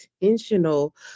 intentional